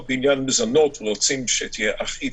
בעניין מזונות ורוצים שתהיה אחידות.